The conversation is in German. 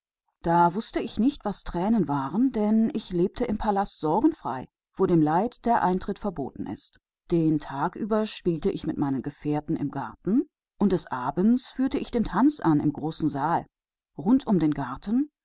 da wußte ich nicht was tränen sind denn ich lebte in dem palast ohnsorge in den die sorge keinen zutritt hat tagsüber spielte ich mit meinen gefährten im garten und des abends führte ich den tanz in der großen halle rund um den garten